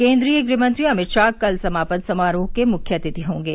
केन्द्रीय गृह मंत्री अभित शाह कल समापन समारोह के मुख्य अतिथि होंगे